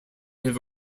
have